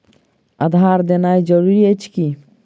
आधार देनाय जरूरी अछि की?